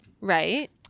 Right